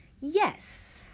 yes